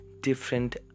different